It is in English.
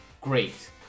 great